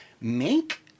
make